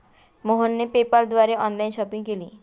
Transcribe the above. मोहनने पेपाल द्वारे online shopping केली